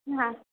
हां